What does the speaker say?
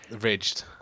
Ridged